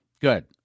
Good